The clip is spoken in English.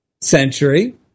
century